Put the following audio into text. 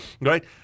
Right